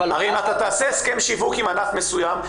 הרי אם תעשה הסכם שיווק עם ענף מסוים,